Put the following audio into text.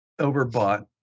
overbought